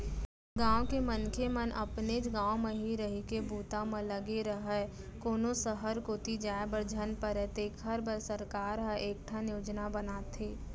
गाँव के मनखे मन अपनेच गाँव म ही रहिके बूता म लगे राहय, कोनो सहर कोती जाय बर झन परय तेखर बर सरकार ह कइठन योजना बनाथे